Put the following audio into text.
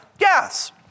yes